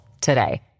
today